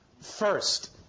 First